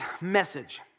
message